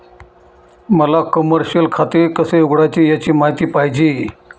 मला कमर्शिअल खाते कसे उघडायचे याची माहिती पाहिजे